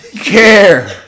care